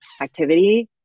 activity